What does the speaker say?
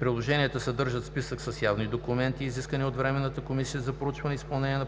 Приложенията съдържат списък с явни документи, изискани от Временната комисия за проучване и изпълнение